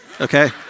okay